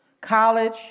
College